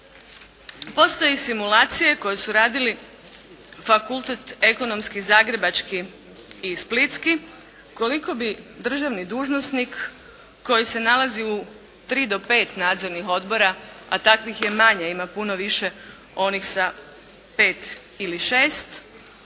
Postoje simulacije koje su radili fakultet Ekonomski zagrebački i splitski koliko bi državni dužnosnik koji se nalazi u tri do pet nadzornih odbora, a takvih je manje, ima puno više onih sa 5 ili 6